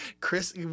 Chris